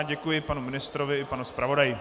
Děkuji panu ministrovi i panu zpravodaji.